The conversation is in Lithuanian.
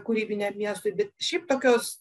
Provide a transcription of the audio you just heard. kūrybiniam miestui bet šiaip tokios